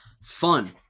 fun